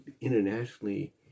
internationally